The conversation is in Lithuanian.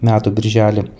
metų birželį